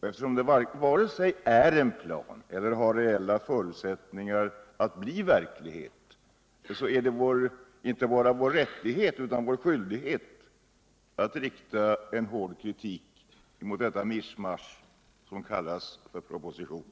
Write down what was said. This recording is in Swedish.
Eftersom förslaget varken är en plan eller har rejäla förutsättningar att bli verklighet, så är det inte bara vår rättighet utan också vår skyldighet att rikta en hård kritik mot detta mischmasch som kallas för proposition.